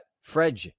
Fred